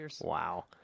Wow